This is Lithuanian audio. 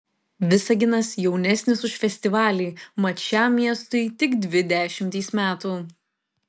visaginas jaunesnis už festivalį mat šiam miestui tik dvi dešimtys metų